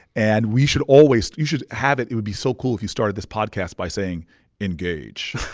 and we should always you should have it it would be so cool if you started this podcast by saying engage